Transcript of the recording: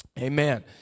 Amen